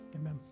amen